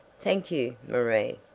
thank you, marie.